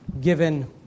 given